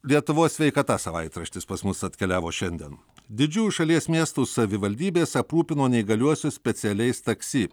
lietuvos sveikata savaitraštis pas mus atkeliavo šiandien didžiųjų šalies miestų savivaldybės aprūpino neįgaliuosius specialiais taksi